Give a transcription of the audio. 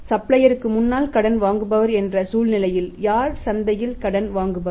சப்ளையருக்கு முன்னால் கடன் வாங்குபவர் என்ற சூழ்நிலையில் யார் சந்தையில் கடன் வழங்குபவர்